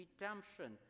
redemption